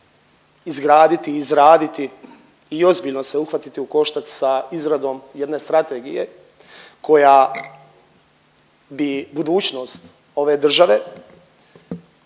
izgraditi, izraditi i ozbiljno se uhvatiti u koštac sa izradom jedne strategije koja bi budućnost ove države